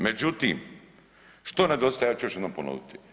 Međutim, što nedostaje ja ću još jednom ponoviti.